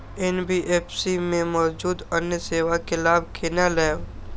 NBFC में मौजूद अन्य सेवा के लाभ केना लैब?